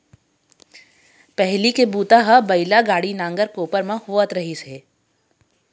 पहिली के बूता ह बइला गाड़ी, नांगर, कोपर म होवत रहिस हे